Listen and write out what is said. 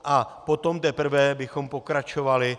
A potom teprve bychom pokračovali.